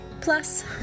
Plus